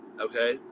okay